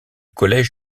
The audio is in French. collège